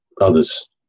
others